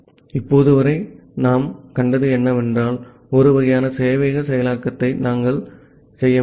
ஆகவே இப்போது வரை நாம் கண்டது என்னவென்றால் ஒரு வகையான சேவையக செயலாக்கத்தை நாங்கள் செய்ய முடியும்